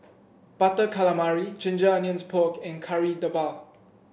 Butter Calamari Ginger Onions Pork and Kari Debal